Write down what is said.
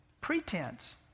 Pretense